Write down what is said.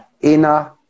Inner